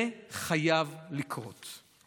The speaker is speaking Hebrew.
זה חייב לקרות".